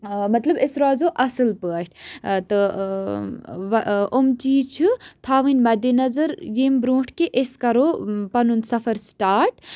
مطلب أسۍ روزو اَصٕل پٲٹھۍ تہٕ أمۍ چیٖز چھِ تھاوٕنۍ مَدِ نظر ییٚمہِ برونٛٹھ کہِ أسۍ کَرو پَنُن سَفر سٔٹاٹ